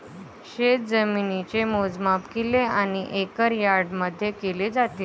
शेतजमिनीचे मोजमाप किल्ले आणि एकर यार्डमध्ये केले जाते